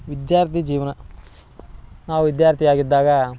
ವಿದ್ಯಾರ್ಥಿ ಜೀವನ ನಾವು ವಿದ್ಯಾರ್ಥಿ ಆಗಿದ್ದಾಗ